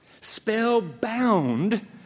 Spellbound